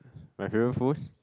my favourite food